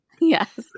Yes